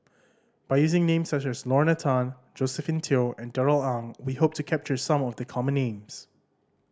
by using names such as Lorna Tan Josephine Teo and Darrell Ang we hope to capture some of the common names